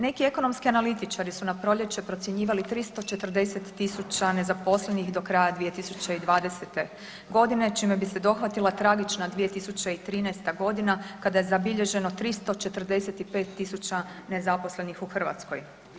Neki ekonomski analitičari su na proljeće procjenjivali 340 000 nezaposlenih do kraja 2020.g. čime bi se dohvatila tragična 2013.g. kada je zabilježeno 345 000 nezaposlenih u Hrvatskoj.